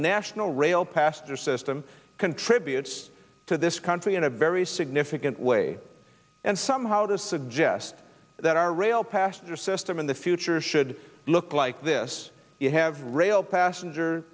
national rail passenger system contributes to this country in a very significant way and somehow disagree jest that our rail passenger system in the future should look like this you have rail passenger